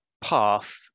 path